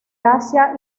asia